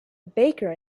baker